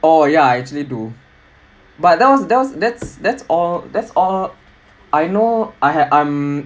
oh ya I actually do but those those that's that's all that's all I know I have I'm um